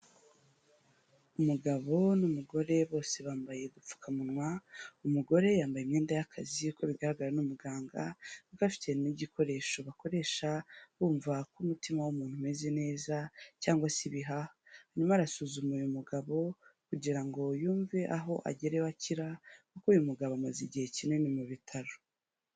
Umugabo n'umugore bose bambaye ubupfukamunwa, umugore yambaye imyenda y'akazi uko bigaragara n'umuganga, bafite n'igikoresho bakoresha bumva ko umutima w'umuntu umeze neza cyangwa se ibihaha, arimo arasuzuma uyu mugabo kugira ngo yumve aho agerewe akira, kuko uyu mugabo amaze igihe kinini mu bitaro.